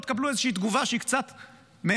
לא תקבלו תגובה שהיא קצת מעבר.